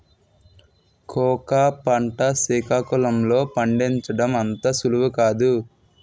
cocoa పంట సికాకుళం లో పండించడం అంత సులువు కాదు